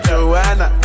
Joanna